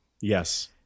Yes